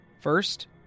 First